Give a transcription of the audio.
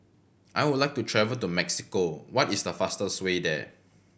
I would like to travel to Mexico what is the fastest way there